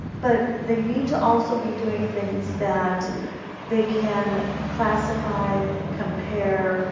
but they need to also be doing things that they can classify, compare,